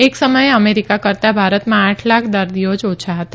એક સમયે અમેરિકા કરતાં ભારતમાં આઠ લાખ દર્દીઓ જ ઓછા હતા